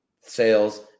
sales